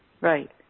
Right